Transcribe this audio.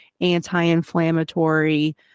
anti-inflammatory